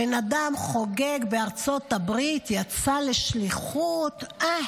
הבן אדם חוגג בארצות הברית, יצא לשליחות, אה,